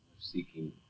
seeking